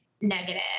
negative